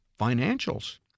financials